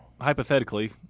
hypothetically